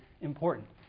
important